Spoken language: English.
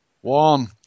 one